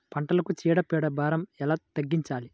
పంటలకు చీడ పీడల భారం ఎలా తగ్గించాలి?